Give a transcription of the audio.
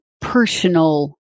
personal